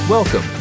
Welcome